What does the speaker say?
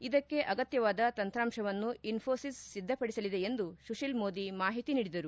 ಇದಕ್ಕೆ ಅಗತ್ಯವಾದ ತಂತ್ರಾಂಶವನ್ನು ಇನ್ನೋಸಿಸ್ ಸಿದ್ದಪಡಿಸಲಿದೆ ಎಂದು ಸುತೀಲ್ ಮೋದಿ ಮಾಹಿತಿ ನೀಡಿದರು